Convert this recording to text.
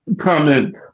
comment